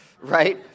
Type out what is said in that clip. Right